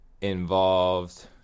involved